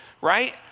right